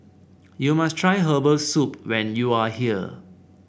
you must try Herbal Soup when you are here